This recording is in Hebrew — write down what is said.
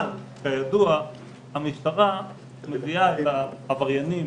אבל כידוע המשטרה מביאה את העבריינים